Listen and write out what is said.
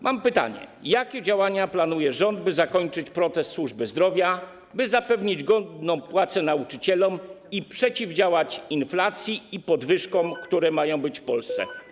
Mam pytanie: Jakie działania planuje rząd, by zakończyć protest służby zdrowia, zapewnić godną płacę nauczycielom i przeciwdziałać inflacji i podwyżkom, które mają być w Polsce?